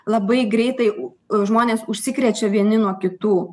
labai greitai žmonės užsikrečia vieni nuo kitų